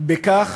בכך